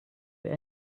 have